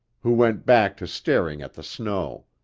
who went back to staring at the snow.